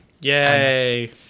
Yay